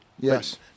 yes